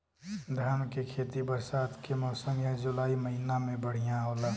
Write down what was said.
धान के खेती बरसात के मौसम या जुलाई महीना में बढ़ियां होला?